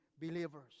believers